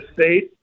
state